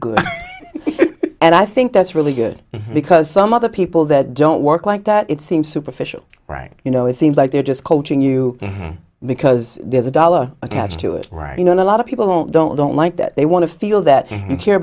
good and i think that's really good because some other people that don't work like that it seems superficial right you know it seems like they're just coaching you because there's a dollar attached to it right you know a lot of people don't like that they want to feel that you care